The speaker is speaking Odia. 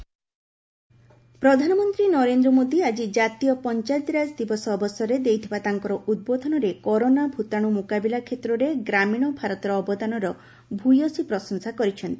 ପିଏମ୍ ଆଡ୍ରେସ୍ ପ୍ରଧାନମନ୍ତ୍ରୀ ନରେନ୍ଦ୍ର ମୋଦି ଆଜି ଜାତୀୟ ପଞ୍ଚାୟତିରାଜ ଦିବସ ଅବସରରେ ଦେଇଥିବା ତାଙ୍କର ଉଦ୍ବୋଧନରେ କରୋନା ଭୂତାଣୁ ମୁକାବିଲା କ୍ଷେତ୍ରରେ ଗ୍ରାମୀଣ ଭାରତର ଅବଦାନର ଭୂୟସୀ ପ୍ରଶଂସା କରିଛନ୍ତି